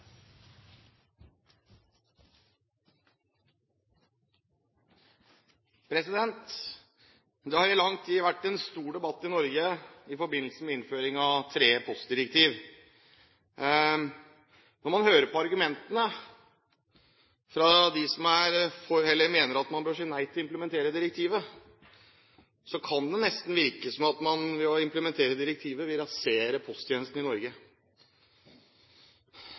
avsluttet. Det har i lang tid vært en stor debatt i Norge i forbindelse med innføringen av det tredje postdirektivet. Når man hører på argumentene fra dem som mener at man bør si nei til å implementere direktivet, kan det nesten virke som at man ved å implementere direktivet vil rasere posttjenestene i Norge.